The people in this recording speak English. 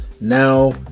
now